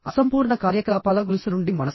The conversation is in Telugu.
అసంపూర్ణ కార్యకలాపాల గొలుసు నుండి మనస్సు